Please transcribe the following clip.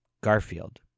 Garfield